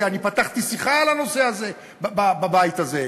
אני פתחתי שיחה על הנושא הזה בבית הזה.